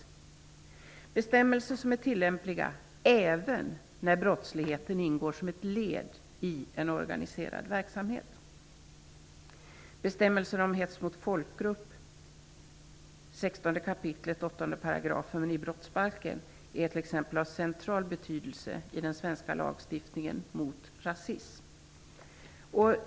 Dessa bestämmelser är tillämpliga även när brottsligheten ingår som ett led i en organiserad verksamhet. brottsbalken, är t.ex. av central betydelse i den svenska lagstiftningen mot rasism.